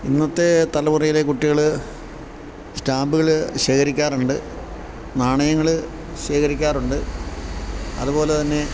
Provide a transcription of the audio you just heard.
ഇന്നത്തെ തലമുറയിലെ കുട്ടികള് സ്റ്റാമ്പുകള് ശേഖരിക്കാറുണ്ട് നാണയങ്ങള് ശേഖരിക്കാറുണ്ട് അതുപോലെ തന്നെ